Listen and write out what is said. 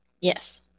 yes